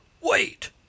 wait